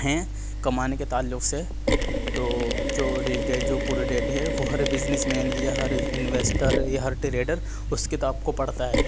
ہیں کمانے کے تعلق سے تو جو ریسڈیڈ پروڈیڈ ہے وہ ہر بزنس مین یا ہر انویسٹر یا ہر ٹریڈر اس کتاب کو پڑھتا ہے